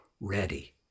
ready